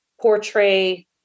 portray